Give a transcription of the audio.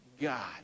God